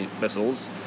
missiles